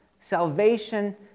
salvation